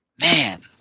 Man